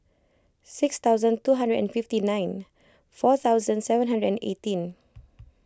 six thousand two hundred and fifty nine four thousand seven hundred and eighteen